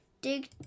dig